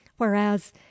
whereas